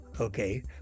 okay